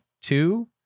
two